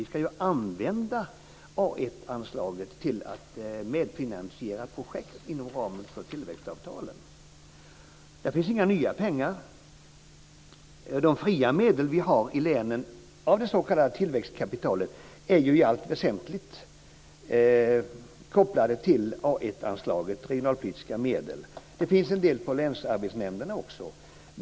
A 1-anslaget ska ju användas till att medfinansiera projekt inom ramen för tillväxtavtalen. Där finns inga nya pengar. De fria medel som vi har i länen av det s.k. tillväxtkapitalet är i allt väsentligt kopplade till A 1-anslaget Regionalpolitiska medel. Det finns en del också hos länsarbetsnämnderna.